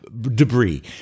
debris